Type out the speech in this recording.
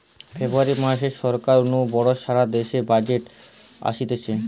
ফেব্রুয়ারী মাসে সরকার নু বড় সারা দেশের বাজেট অসতিছে